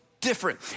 different